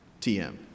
TM